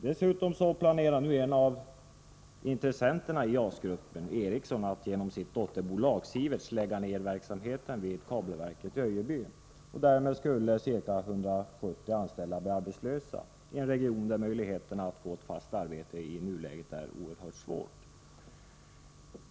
Dessutom planerar nu en av intressenterna i JAS-gruppen, Ericsson, att genom sitt dotterbolag, Sieverts, lägga ner verksamheten vid kabelverket i Öjebyn. Därmed skulle ca 170 anställda bli arbetslösa i en region där möjligheterna att få ett fast arbete i nuläget är oerhört små.